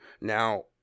Now